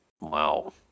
Wow